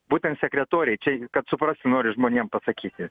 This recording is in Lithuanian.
būtent sekretoriai čia kad suprasti noriu žmonėm pasakyti